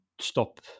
stop